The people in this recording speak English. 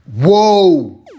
Whoa